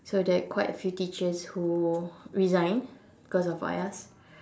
so there are quite a few teachers who resigned cause of us